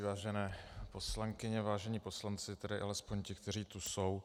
Vážené poslankyně, vážení poslanci, tedy alespoň ti, kteří tu jsou.